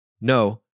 no